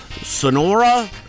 Sonora